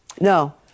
no